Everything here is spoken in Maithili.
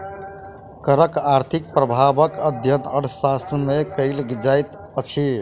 करक आर्थिक प्रभावक अध्ययन अर्थशास्त्र मे कयल जाइत अछि